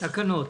התקנות